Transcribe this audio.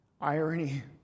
Irony